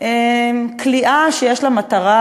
כליאה שיש לה מטרה,